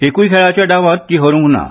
एकूय खेळाच्या डावांत ती हारूंक ना